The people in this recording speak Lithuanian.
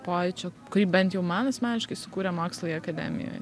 pojūčio kurį bent jau man asmeniškai sukūrė mokslai akademijoj